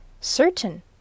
Certain